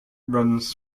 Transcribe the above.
runs